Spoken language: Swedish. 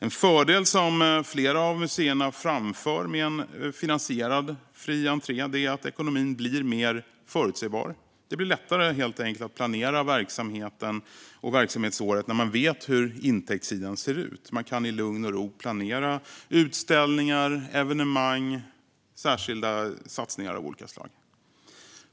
En fördel som flera av museerna framför med en finansierad fri entré är att ekonomin blir mer förutsägbar. Det blir helt enkelt lättare att planera verksamheten och verksamhetsåret när man vet hur intäktssidan ser ut. Man kan i lugn och ro planera utställningar, evenemang och särskilda satsningar av olika slag.